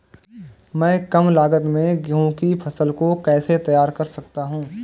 मैं कम लागत में गेहूँ की फसल को कैसे तैयार कर सकता हूँ?